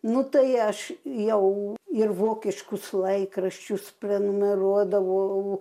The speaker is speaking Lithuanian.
nu tai aš jau ir vokiškus laikraščius prenumeruodavau